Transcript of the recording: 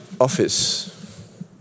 office